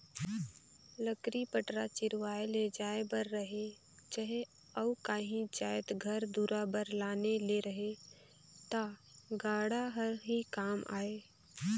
लकरी पटरा चिरवाए ले जाए बर रहें चहे अउ काही जाएत घर दुरा बर लाने ले रहे ता गाड़ा हर ही काम आए